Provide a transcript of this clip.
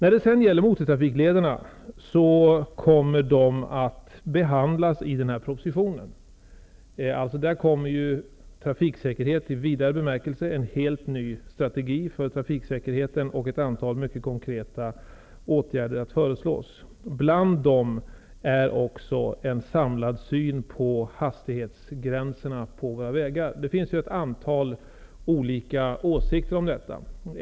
Frågan om motortrafiklederna kommer att behandlas i propositionen. Där kommer en helt ny strategi i vidare bemärkelse för trafiksäkerheten och ett antal konkreta åtgärder att föreslås. Bland dessa förslag kommer det att finnas en samlad syn på hastighetsgränserna på våra vägar. Det finns ett antal olika åsikter om detta.